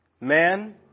Man